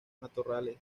matorrales